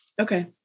Okay